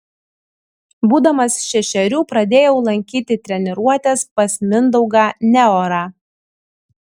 būdamas šešerių pradėjau lankyti treniruotes pas mindaugą neorą